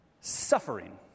suffering